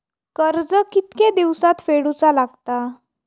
कर्ज कितके दिवसात फेडूचा लागता?